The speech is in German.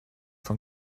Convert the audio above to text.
von